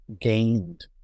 gained